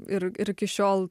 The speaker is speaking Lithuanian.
ir ir iki šiol